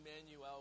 Emmanuel